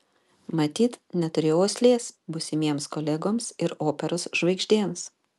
matyt neturėjau uoslės būsimiems kolegoms ir operos žvaigždėms